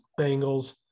Bengals